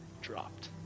dropped